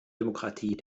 demokratie